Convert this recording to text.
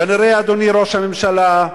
כנראה, אדוני ראש הממשלה,